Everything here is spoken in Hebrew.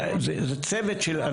צוות.